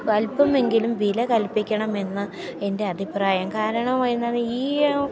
അല്പമെങ്കിലും വില കൽപ്പിക്കണമെന്ന് എൻ്റെ അഭിപ്രായം കാരണം എന്നാന്ന് ഈ